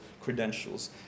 credentials